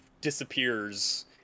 disappears